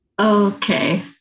Okay